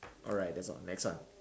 all right that's all next one